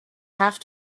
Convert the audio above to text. have